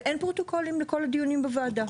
ואין פרוטוקולים לכל הדיונים בוועדה.